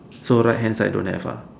so right hand side don't have ah